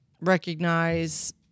recognize